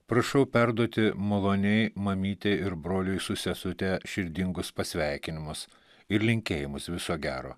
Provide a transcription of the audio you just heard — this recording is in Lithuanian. prašau perduoti maloniai mamytei ir broliui su sesute širdingus pasveikinimus ir linkėjimus viso gero